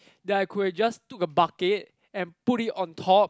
that I could have just took a bucket and put it on top